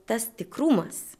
tas tikrumas